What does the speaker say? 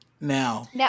Now